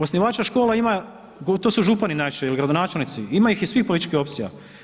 Osnivača škola ima, to su župani ... ili gradonačelnici, ima ih iz svih političkih opcija.